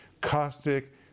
caustic